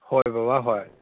ꯍꯣꯏ ꯕꯕꯥ ꯍꯣꯏ